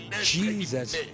Jesus